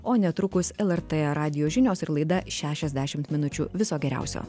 o netrukus el er tė radijo žinios ir laida šešiasdešimt minučių viso geriausio